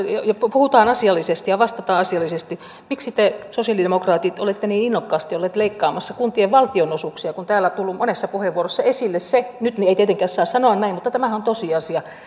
puhutaan asiallisesti ja vastataan asiallisesti miksi te sosialidemokraatit olette niin innokkaasti olleet leikkaamassa kuntien valtionosuuksia kun täällä on tullut monessa puheenvuorossa esille se nyt ei tietenkään saa sanoa näin mutta tämähän on tosiasia että